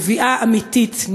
נביאה אמיתית,